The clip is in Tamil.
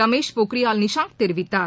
ரமேஷ் பொக்ரியால் நிஷாங் தெரிவித்தார்